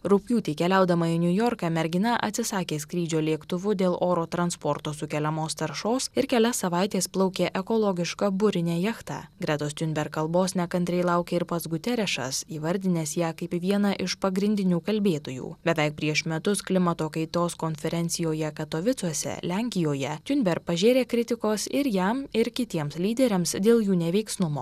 rugpjūtį keliaudama į niujorką mergina atsisakė skrydžio lėktuvu dėl oro transporto sukeliamos taršos ir kelias savaites plaukė ekologiška burine jachta gretos tiunberg kalbos nekantriai laukia ir pats guterišas įvardinęs ją kaip vieną iš pagrindinių kalbėtojų beveik prieš metus klimato kaitos konferencijoje katovicuose lenkijoje tiunberg pažėrė kritikos ir jam ir kitiems lyderiams dėl jų neveiksnumo